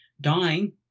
dying